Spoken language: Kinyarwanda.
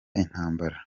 intambara